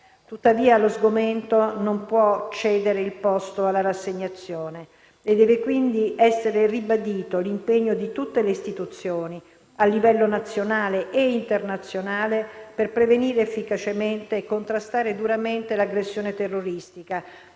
Tuttavia, lo sgomento non può cedere il posto alla rassegnazione e deve, quindi, essere ribadito l'impegno di tutte le istituzioni, a livello nazionale e internazionale, per prevenire efficacemente e contrastare duramente l'aggressione terroristica,